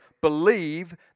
believe